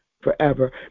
forever